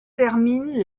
terminent